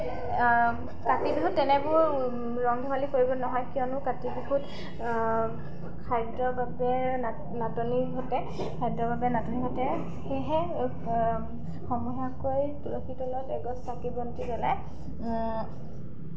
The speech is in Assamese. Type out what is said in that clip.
কাতি বিহুত তেনেবোৰ কিয়নো কাতি বিহুত খাদ্যৰ বাবোট নাটনি ঘটে খাদ্যৰ বাবে নাটনি ঘটে সেয়েহে সমূহীয়াকৈ তুলসী তলত এগছ চাকি বন্তি জ্বলাই